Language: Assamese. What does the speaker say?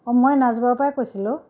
মই নাচবৰৰ পৰাই কৈছিলোঁ